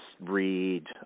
Read